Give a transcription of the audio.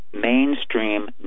mainstream